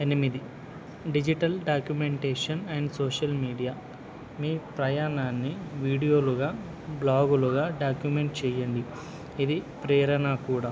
ఎనిమిది digital documentation and social media మీ ప్రయాణాన్ని వీడియోలుగా బ్లాగులుగా డాక్యుమెంట్ చెయ్యండి ఇది ప్రేరణ కూడా